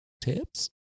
tips